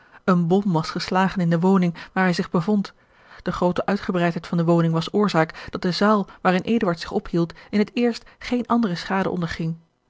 eene bom was geslagen in de woning waar hij zich bevond de groote uitgebreidheid van de woning was oorzaak dat de zaal waarin eduard zich ophield in het eerst geene andere schade onderging